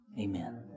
Amen